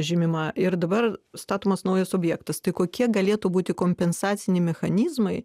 žymima ir dabar statomas naujas objektas tai kokie galėtų būti kompensaciniai mechanizmai